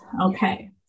Okay